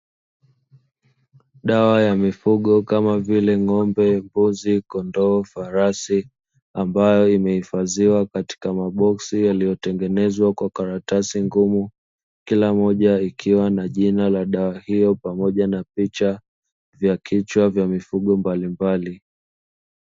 Dawa ya mifugo kama vile; ng'ombe, mbuzi, kondoo, farasi ambayo imehifadhiwa katika maboksi yaliyotengenezwa kwa karatasi nguvu, kila moja ikiwa na jina la dawa hiyo pamoja na picha ya kichwa ya mifugo ya aina mbalimbali.